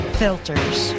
filters